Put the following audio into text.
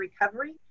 recovery